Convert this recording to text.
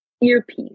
earpiece